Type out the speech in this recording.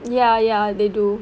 ya ya they do